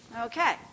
Okay